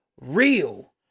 real